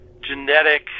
genetic